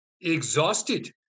exhausted